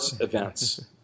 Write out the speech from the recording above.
events